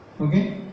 Okay